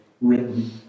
written